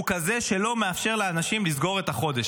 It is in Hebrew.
כזה שלא מאפשר לאנשים לסגור את החודש.